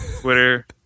Twitter